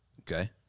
Okay